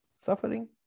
Suffering